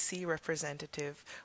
representative